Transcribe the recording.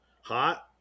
Hot